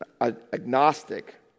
agnostic